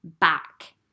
back